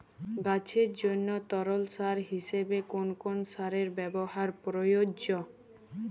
গাছের জন্য তরল সার হিসেবে কোন কোন সারের ব্যাবহার প্রযোজ্য?